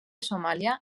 somàlia